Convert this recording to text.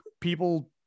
people